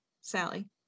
Sally